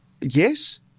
Yes